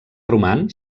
roman